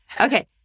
Okay